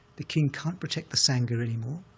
the king can't protect the sangha anymore.